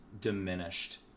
diminished